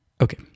Okay